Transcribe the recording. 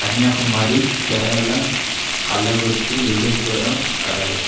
Kanyakumari Salem Kallakurichi Villupuram Cuddalore